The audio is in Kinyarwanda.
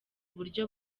uburyo